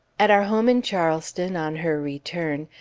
at our home in charleston, on her return,